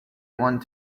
want